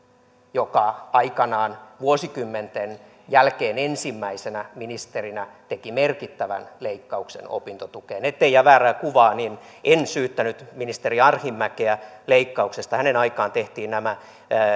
joka aikoinaan vuosikymmenten jälkeen ensimmäisenä ministerinä teki merkittävän leikkauksen opintotukeen ettei jää väärää kuvaa niin en syyttänyt ministeri arhinmäkeä leikkauksesta hänen aikanaanhan tehtiin nämä